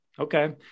Okay